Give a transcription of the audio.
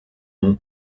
num